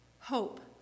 Hope